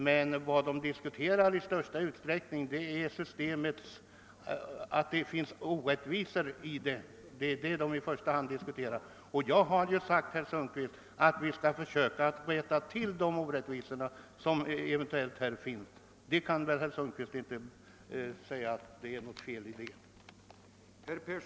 Men vad man i första hand diskuterar är orättvisorna i systemet. Jag har sagt att vi skall försöka rätta till de orättvisor som eventuellt finns. Herr Sundkvist kan väl inte säga att det är något fel i det?